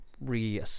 re